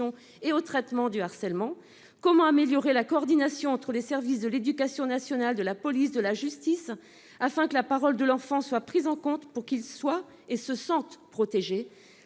et au traitement du harcèlement ? Comment améliorer la coordination entre les services de l'éducation nationale, de la police et de la justice, afin que la parole de l'enfant soit prise en compte et qu'il soit et se sente protégé ?